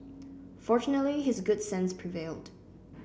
fortunately his good sense prevailed